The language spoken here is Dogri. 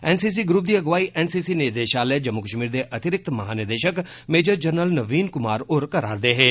एनसीसी ग्रुप दी अगुवाई एनसीसी निदेषालय जम्मू कष्मीर दे अतिरिक्त महानिदेषक मेजर जनरल नवीन कुमार होर करा'रदे हे